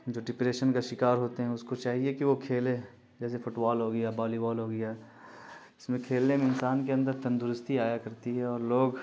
جو ڈپریشن کا شکار ہوتے ہیں اس کو چاہیے کہ وہ کھیلے جیسے فٹ بال ہو گیا والی بال ہو گیا اس میں کھیلنے میں انسان کے اندر تندرستی آیا کرتی ہے اور لوگ